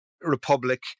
republic